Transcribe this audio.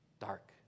Dark